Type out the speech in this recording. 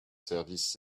services